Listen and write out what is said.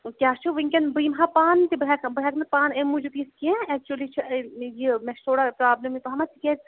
کیٛاہ چھُ وٕنۍکٮ۪ن بہٕ یِم ہا پانہٕ تہِ بہٕ ہٮ۪کہٕ بہٕ ہٮ۪کہٕ نہٕ پانہٕ اَمہِ موٗجوٗب یِتھ کیٚنٛہہ اٮ۪کچُؤلی چھُ یہِ مےٚ چھِ تھوڑا پرٛابلِمٕے پہمَتھ تہِ کیٛازِ